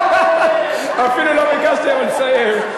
אפילו לא ביקשתי, אבל תסיים.